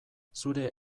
zure